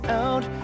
out